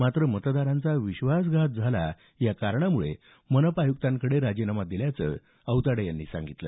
मात्र मतदारांचा विश्वासवास घात झाला या कारणामुळे मनपा आयुक्तांकडे राजीनामा दिल्याचं औताडे यांनी सांगितलं